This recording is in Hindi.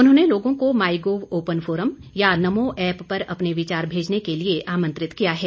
उन्होंने लोगों को माई गॉव ओपन फोरम या नमोऐप पर अपने विचार भेजने के लिए आमंत्रित किया है